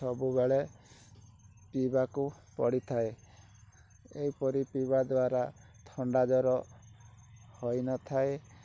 ସବୁବେଳେ ପିଇବାକୁ ପଡ଼ିଥାଏ ଏପରି ପିଇବା ଦ୍ଵାରା ଥଣ୍ଡା ଜ୍ଵର ହୋଇନଥାଏ